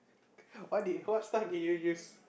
what did what stuff did you use